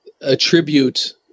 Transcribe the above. attribute